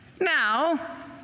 Now